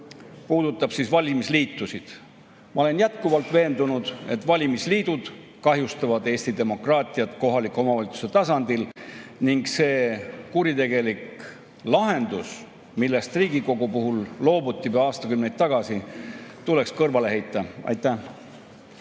puudutab valimisliitusid. Ma olen jätkuvalt veendunud, et valimisliidud kahjustavad Eesti demokraatiat kohaliku omavalitsuse tasandil. See kuritegelik lahendus, millest Riigikogu puhul loobuti aastakümneid tagasi, tuleks kõrvale heita. Aitäh!